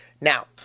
Now